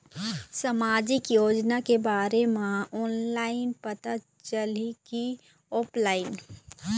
सामाजिक योजना के बारे मा ऑनलाइन पता चलही की ऑफलाइन?